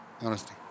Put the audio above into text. Honesty